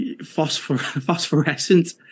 phosphorescent